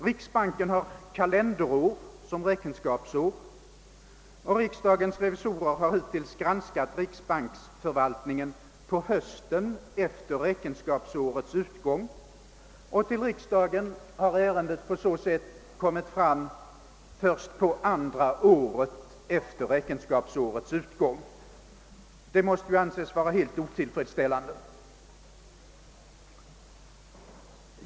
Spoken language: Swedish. Riksbanken har kalenderår som räkenskapsår och riksdagens revisorer har hittills granskat riksbanksförvaltningen på hösten efter räkenskapsårets utgång; till riksdagen har ärendet på så sätt kommit först på andra året efter räkenskapsårets utgång. Detta måste anses vara helt otillfredsställande.